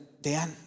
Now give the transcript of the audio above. Dan